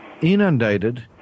inundated